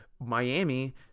Miami